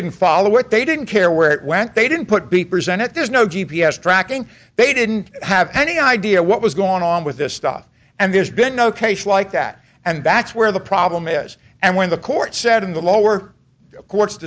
didn't follow it they didn't care where it went they didn't put be presented there's no g p s tracking they didn't have any idea what was going on with this stuff and there's been no case like that and that's where the problem is and when the court said in the lower court's